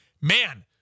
man